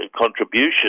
contribution